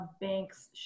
banks